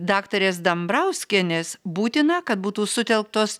daktarės dambrauskienės būtina kad būtų sutelktos